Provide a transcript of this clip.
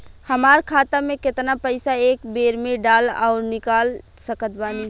हमार खाता मे केतना पईसा एक बेर मे डाल आऊर निकाल सकत बानी?